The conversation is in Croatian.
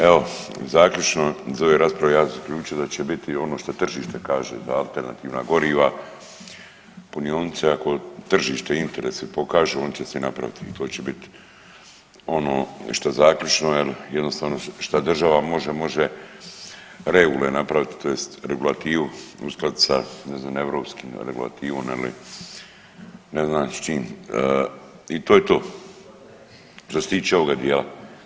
Evo zaključno, iz ove rasprave ja sam zaključio da će biti ono što tržište kaže da alternativna goriva, punionice, ako tržište interese pokažu oni će se napraviti i to će bit ono što zaključno jel jednostavno šta država može može regule napravit tj. regulativu uskladit sa ne znam europskim regulativama, naime ne znam s čim i to je to što se tiče ovoga dijela.